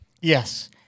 Yes